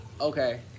Okay